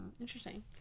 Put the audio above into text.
Interesting